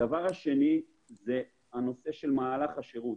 הדבר השני הוא נושא מהלך השירות.